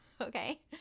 Okay